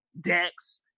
Dex